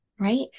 right